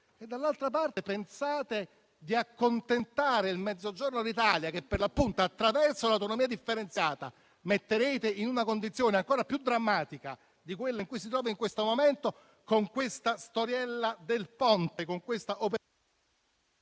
dall'altra parte, pensate di accontentare il Mezzogiorno d'Italia, che attraverso l'autonomia differenziata metterete in una condizione ancora più drammatica di quella in cui si trova in questo momento, con questa storiella del Ponte? *(Il microfono